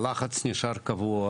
הלחץ נשאר קבוע,